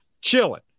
chilling